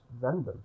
random